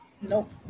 nope